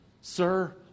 sir